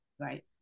Right